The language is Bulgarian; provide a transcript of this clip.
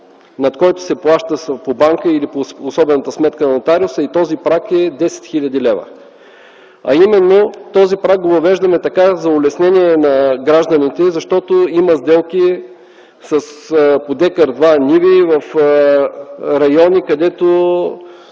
над който се плаща по банка или по особената сметка на нотариуса и този праг е 10 хил. лв. Този праг го въвеждаме за улеснение на гражданите, защото има сделки с по декар-два ниви в райони, където